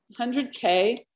100k